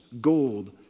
gold